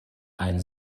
ein